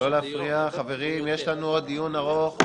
ששש, לא להפריע, חברים, יש לנו עוד דיון ארוך.